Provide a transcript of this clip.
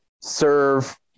serve